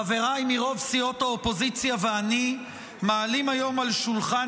חבריי מרוב סיעות האופוזיציה ואני מעלים היום על שולחן